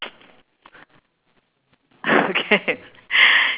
okay